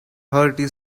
hearty